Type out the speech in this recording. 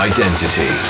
Identity